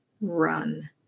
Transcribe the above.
run